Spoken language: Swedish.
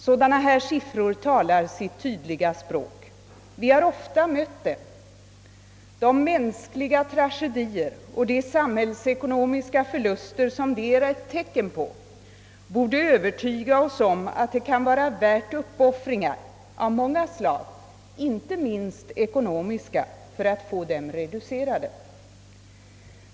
Sådana siffror talar sitt tydliga språk. Vi har ofta mött dem. De mänskliga tragedier och de samhällsekonomiska förluster som de är ett tecken på borde övertyga oss om att det kan vara värt uppoffringar av många slag, inte minst ekonomiska, att få dem reducerade.